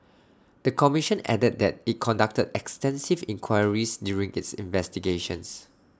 the commission added that IT conducted extensive inquiries during its investigations